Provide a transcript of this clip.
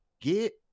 Get